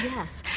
yes,